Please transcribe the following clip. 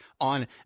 on